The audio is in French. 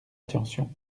attention